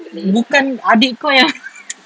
bukan adik kau yang